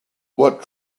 what